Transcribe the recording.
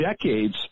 decades –